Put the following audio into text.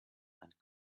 and